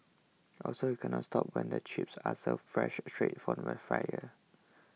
also you can't stop when the chips are served fresh straight from the fryer